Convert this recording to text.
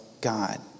God